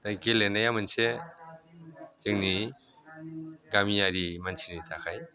गेलेनाया मोनसे जोंनि गामियारि मानसिनि थाखाय